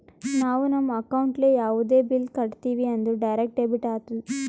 ನಾವು ನಮ್ ಅಕೌಂಟ್ಲೆ ಯಾವುದೇ ಬಿಲ್ ಕಟ್ಟಿವಿ ಅಂದುರ್ ಡೈರೆಕ್ಟ್ ಡೆಬಿಟ್ ಆತ್ತುದ್